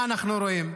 מה אנחנו רואים?